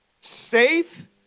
safe